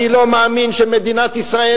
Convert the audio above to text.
אני לא מאמין שמדינת ישראל,